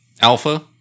alpha